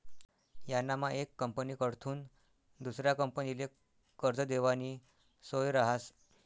यानामा येक कंपनीकडथून दुसरा कंपनीले कर्ज देवानी सोय रहास